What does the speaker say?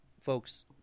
folks